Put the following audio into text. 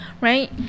right